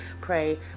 pray